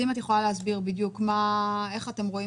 אם את יכולה להסביר בדיוק איך אתם רואים